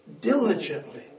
diligently